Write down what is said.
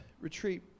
retreat